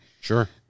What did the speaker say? Sure